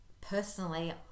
personally